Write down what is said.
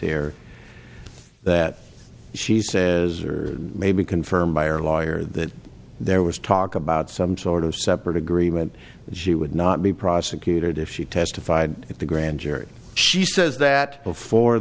here that she says or maybe confirmed by her lawyer that there was talk about some sort of separate agreement that she would not be prosecuted if she testified at the grand jury she says that before